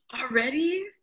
Already